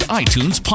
iTunes